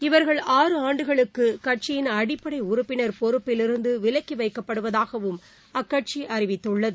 இவர்கள் ஆறு ஆண்டுகளுக்கு கட்சியின் அடிப்படை உறுப்பினர் பொறப்பிலிருந்து விலக்கி வைக்கப்படுவதாகவும் அக்கட்சி அறிவித்துள்ளது